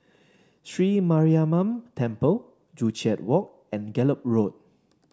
Sri Mariamman Temple Joo Chiat Walk and Gallop Road